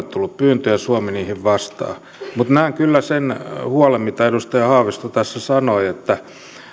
tullut pyyntöjä ja suomi niihin vastaa mutta näen kyllä sen huolen mitä edustaja haavisto tässä sanoi että